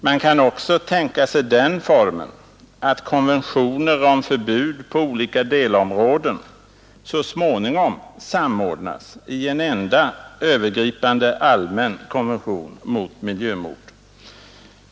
Man kan också tänka sig den formen, att konventioner om förbud på olika delområden så småningom samordnas i en enda övergripande allmän konvention mot miljömord.